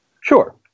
Sure